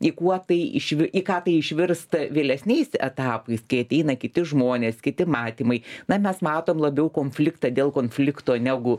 į kuo tai išvi į ką tai išvirsta vėlesniais etapais kai ateina kiti žmonės kiti matymai na mes matom labiau konfliktą dėl konflikto negu